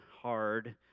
hard